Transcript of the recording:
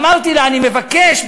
אמרתי לה: אני מבקש,